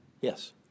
Yes